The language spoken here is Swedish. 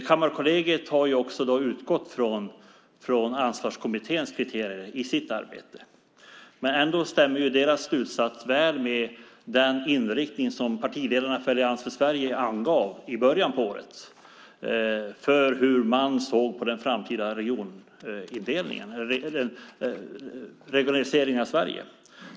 Kammarkollegiet har utgått från Ansvarskommitténs kriterier i sitt arbete. Ändå stämmer deras slutsats väl med den inriktning som partiledarna för Allians för Sverige angav i början på året för hur man såg på den framtida regionaliseringen av Sverige.